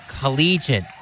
collegiate